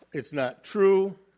it's not true.